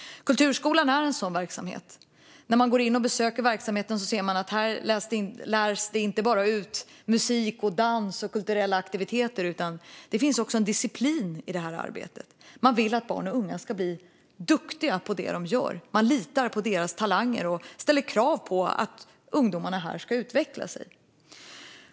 Kulturskolan är en sådan verksamhet. När man besöker verksamheten ser man att här lärs inte bara musik, dans och kulturella aktiviteter ut, utan det finns också en disciplin i arbetet. Man vill att barn och unga ska bli duktiga på det de gör. Man litar på deras talanger och ställer krav på att ungdomarna ska utveckla sig.